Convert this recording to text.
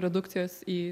redukcijos į